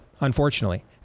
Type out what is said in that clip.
unfortunately